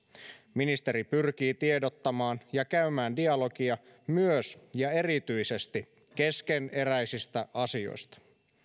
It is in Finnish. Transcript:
ministeri pyrkii tiedottamaan ja käymään dialogia myös ja erityisesti keskeneräisistä asioista